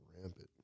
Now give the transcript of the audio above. rampant